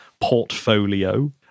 portfolio